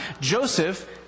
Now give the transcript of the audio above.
Joseph